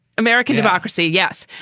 american democracy. yes,